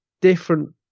different